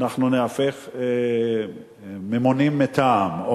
אנחנו ניהפך לממונים מטעם,